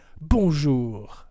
Bonjour